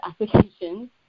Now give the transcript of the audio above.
applications